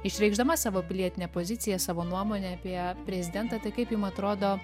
išreikšdama savo pilietinę poziciją savo nuomonę apie prezidentą tai kaip jum atrodo